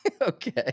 Okay